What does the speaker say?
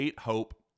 Hope